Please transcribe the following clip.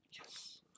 Yes